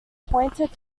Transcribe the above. pointed